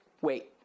Wait